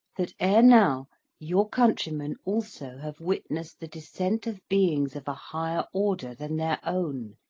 that ere now your country men also have witnessed the descent of beings of a higher order than their own,